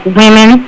women